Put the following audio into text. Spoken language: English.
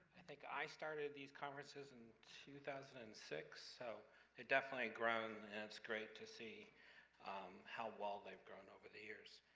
i think i started these conferences in two thousand and six, so they've ah definitely grown, and it's great to see how well they've grown over the years.